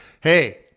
hey